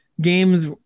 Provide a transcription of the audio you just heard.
games